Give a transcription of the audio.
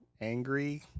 Angry